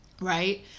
right